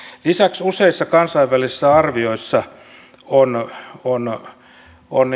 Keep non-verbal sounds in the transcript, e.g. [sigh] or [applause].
lisäksi useissa kansainvälisissä arvioissa on [unintelligible]